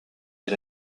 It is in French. est